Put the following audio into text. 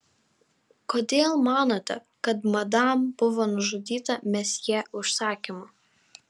kodėl manote kad madam buvo nužudyta mesjė užsakymu